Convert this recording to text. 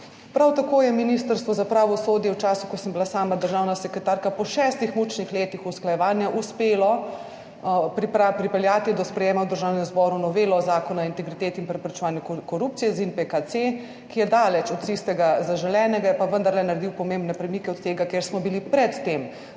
Prav tako je Ministrstvo za pravosodje v času, ko sem bila sama državna sekretarka, po šestih mučnih letih usklajevanja uspelo pripeljati do sprejema v Državnem zboru novelo Zakona o integriteti in preprečevanju korupcije, ZIntPK-C, ki je daleč od tistega zaželenega, je pa vendarle naredil pomembne premike od tega, ker smo bili pred tem.